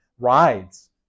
rides